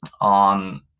on